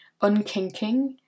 unkinking